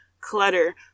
clutter